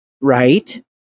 right